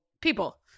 people